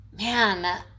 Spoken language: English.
man